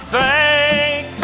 thank